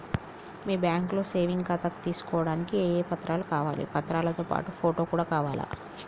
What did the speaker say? మీ బ్యాంకులో సేవింగ్ ఖాతాను తీసుకోవడానికి ఏ ఏ పత్రాలు కావాలి పత్రాలతో పాటు ఫోటో కూడా కావాలా?